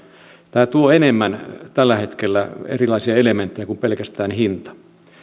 tämä tuo tällä hetkellä enemmän erilaisia elementtejä kuin pelkästään hinta